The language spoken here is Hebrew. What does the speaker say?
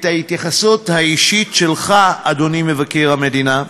את ההתייחסות האישית שלך, אדוני מבקר המדינה,